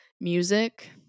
music